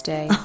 Day